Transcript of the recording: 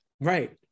Right